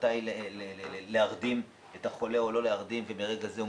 מתי להרדים את החולה או לא ומרגע זה הוא